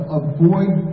avoid